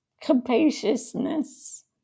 capaciousness